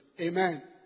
Amen